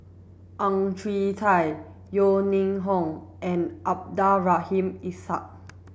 Ang Chwee Chai Yeo Ning Hong and Abdul Rahim Ishak